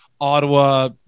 Ottawa